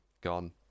gone